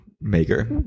maker